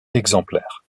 exemplaires